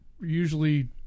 usually